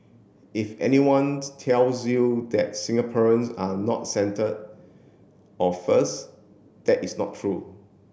if anyone tells you that Singaporeans are not centre or first that is not true